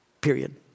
Period